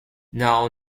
now